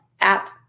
app